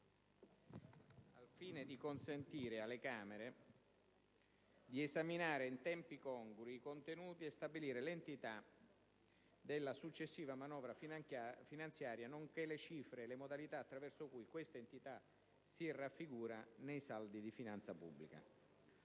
al fine di consentire alle Camere di esaminare in tempi congrui i contenuti e stabilire l'entità della successiva manovra finanziaria nonché le cifre e le modalità attraverso cui questa entità si raffigura nei saldi di finanza pubblica.